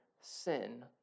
sin